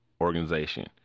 organization